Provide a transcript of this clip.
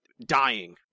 Dying